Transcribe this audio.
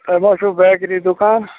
تۄہہِ ما چھُو بیکری دُکان